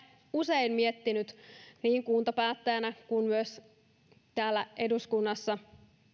usein miettinyt niin kuntapäättäjänä kuin täällä eduskunnassa